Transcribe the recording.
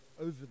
over